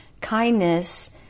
kindness